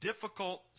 difficult